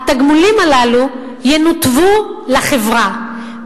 התגמולים הללו ינותבו לחברה,